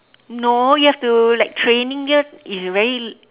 no you have to like training dia is very